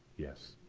yes.